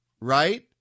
right